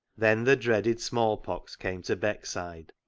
then the dreaded smallpox came to beck side,